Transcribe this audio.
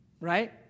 right